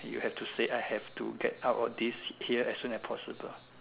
you have to say I have to get out of this here as soon as possible